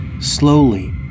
slowly